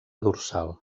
dorsal